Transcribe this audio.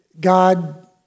God